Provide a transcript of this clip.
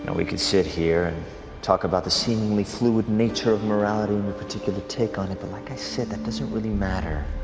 and we could sit here and talk about the seemingly fluid nature of morality and your particular take on it, but like i said, that doesn't really matter.